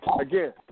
again